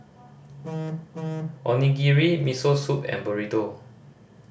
Onigiri Miso Soup and Burrito